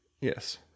Yes